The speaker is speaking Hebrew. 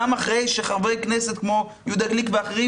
גם אחרי שחברי כנסת כמו יהודה גליק ואחרים